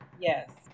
Yes